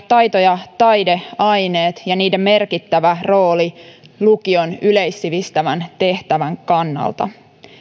taito ja taideaineet ja niiden merkittävä rooli lukion yleissivistävän tehtävän kannalta